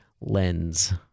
lens